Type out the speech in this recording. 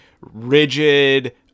rigid